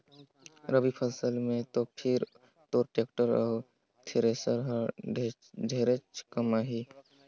रवि फसल मे तो फिर तोर टेक्टर अउ थेरेसर हर ढेरेच कमाही